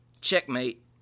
Checkmate